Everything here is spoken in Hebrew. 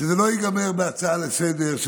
שזה לא ייגמר בהצעה לסדר-היום,